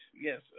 Yes